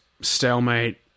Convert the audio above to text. stalemate